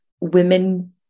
women